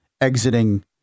exiting